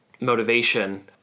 motivation